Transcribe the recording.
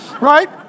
Right